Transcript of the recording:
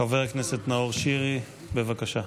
חבר הכנסת נאור שירי, בבקשה.